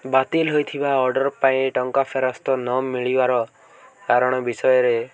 ବାତିଲ ହୋଇଥିବା ଅର୍ଡ଼ର୍ ପାଇଁ ଟଙ୍କା ଫେରସ୍ତ ନ ମିଳିବାର କାରଣ ବିଷୟରେ